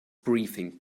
briefing